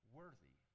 worthy